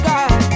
God